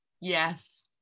Yes